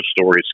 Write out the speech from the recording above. stories